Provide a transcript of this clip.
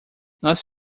nós